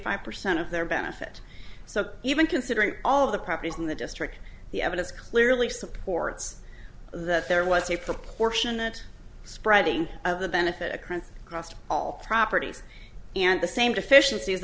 five percent of their benefit so even considering all of the properties in the district the evidence clearly supports that there was a proportionate spreading of the benefit occurrence crossed all properties and the same deficiencies